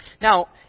Now